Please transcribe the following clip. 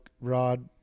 rod